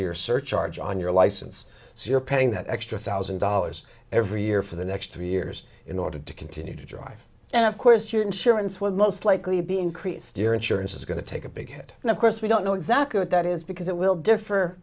search on your license so you're paying that extra thousand dollars every year for the next three years in order to continue to drive and of course your insurance will most likely be increased your insurance is going to take a big hit and of course we don't know exactly what that is because it will differ